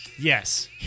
Yes